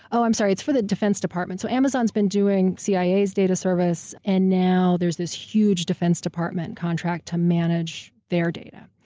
oh, i'm sorry. it's for the defense department. so amazon's been doing cia's data service, and now there's this huge defense department contract to manage their data,